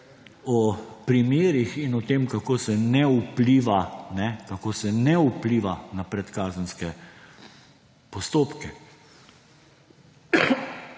o primerih in o tem, kako se ne vpliva na predkazenske postopke.